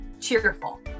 cheerful